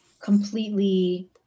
completely